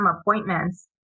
appointments